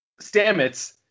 stamets